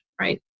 right